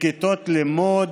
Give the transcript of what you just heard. בכיתות לימוד,